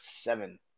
seven